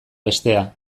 bestea